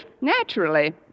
Naturally